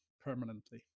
permanently